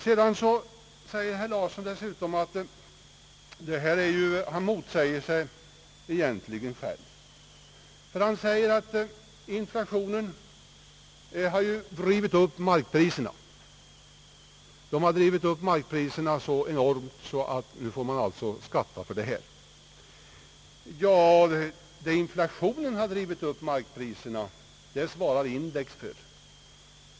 Herr Larsson motsäger sig egentligen själv. Han säger, att inflationen har drivit upp markpriserna så enormt, och nu får man alltså skatta för detta. Men, herr Larsson, det som inflationen har drivit upp markpriserna, det svarar ju index för.